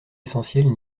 essentielles